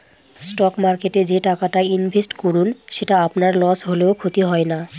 stock মার্কেটে যে টাকাটা ইনভেস্ট করুন সেটা আপনার লস হলেও ক্ষতি হয় না